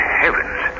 heavens